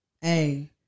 Hey